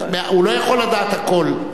הוא לא יכול לדעת הכול.